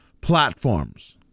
platforms